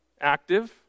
active